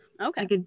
okay